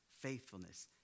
faithfulness